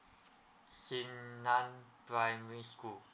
xin nan primary school